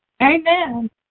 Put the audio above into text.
Amen